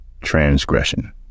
transgression